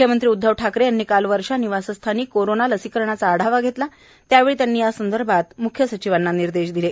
मुख्यमंत्री उदधव ठाकरे यांनी काल वर्षा निवासस्थानी कोरोना लसीकरणाचा आढावा घेतला त्यावेळी त्यांनी यासंदर्भात मुख्य सचिवांना निर्देश दिले